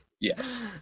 Yes